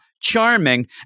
charming